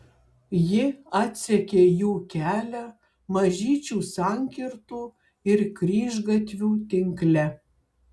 ji atsekė jų kelią mažyčių sankirtų ir kryžgatvių tinkle